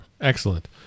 Excellent